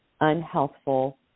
unhealthful